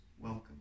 welcome